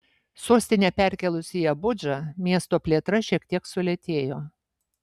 sostinę perkėlus į abudžą miesto plėtra šiek tiek sulėtėjo